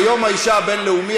זה יום האישה הבין-לאומי,